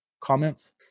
comments